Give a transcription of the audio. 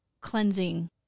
cleansing